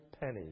penny